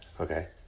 Okay